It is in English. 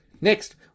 Next